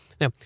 Now